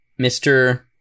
Mr